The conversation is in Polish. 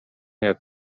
jak